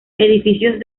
edificios